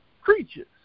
creatures